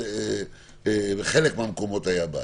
שאז בחלק מהמקומות היתה בעיה.